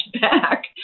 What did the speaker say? back